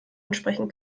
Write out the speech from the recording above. entsprechen